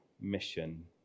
mission